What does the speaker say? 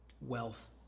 Wealth